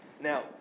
Now